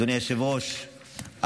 אדוני היושב-ראש,